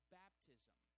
baptism